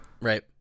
Right